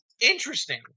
interesting